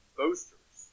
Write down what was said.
boasters